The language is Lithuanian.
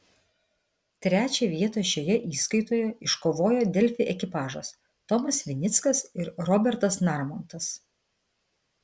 trečią vietą šioje įskaitoje iškovojo delfi ekipažas tomas vinickas ir robertas narmontas